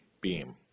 beam